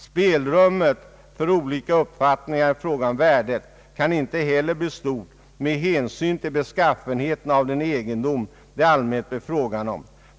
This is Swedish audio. Spelrummet för olika uppfattningar i fråga om värdet kan inte heller bli stort med hänsyn till beskaffenheten av den egendom det i allmänhet blir fråga om.